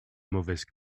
mauvaises